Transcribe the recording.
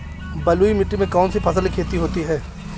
बलुई मिट्टी में कौनसी फसल की खेती होती है?